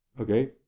Okay